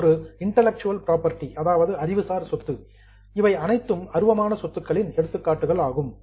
இது ஒரு intellectual property அறிவுசார் சொத்து இவை அனைத்தும் அருவமான சொத்துகளின் எடுத்துக்காட்டுகளாகும்